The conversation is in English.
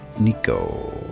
Nico